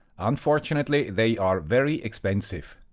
unfortunately, they are very expensive.